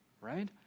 right